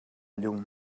llum